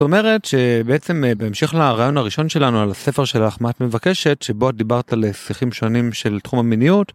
זאת אומרת שבעצם בהמשך לרעיון הראשון שלנו על הספר שלך ״מה את מבקשת״ שבו את דיברת על שיחים שונים של תחום המיניות.